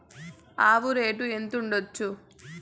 ఆవు రేటు ఎంత ఉండచ్చు?